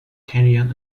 canyon